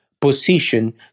position